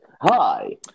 Hi